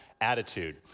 attitude